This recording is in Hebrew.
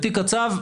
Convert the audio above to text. בתיק קצב,